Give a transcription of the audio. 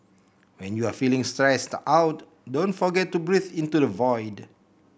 when you are feeling stressed out don't forget to breathe into the void